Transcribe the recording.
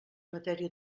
matèria